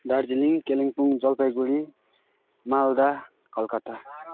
Darjeeling Kalimpong Jalpaiguri Malda Calcutta